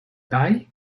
bye